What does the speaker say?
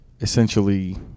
essentially